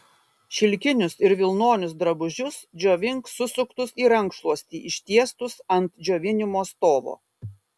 šilkinius ir vilnonius drabužius džiovink susuktus į rankšluostį ištiestus ant džiovinimo stovo